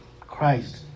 Christ